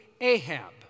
Ahab